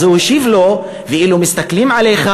אז הוא השיב לו: ואילו היו מסתכלים עליך,